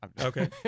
Okay